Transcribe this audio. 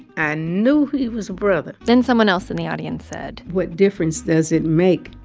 and knew he was a brother then someone else in the audience said. what difference does it make?